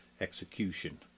execution